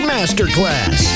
Masterclass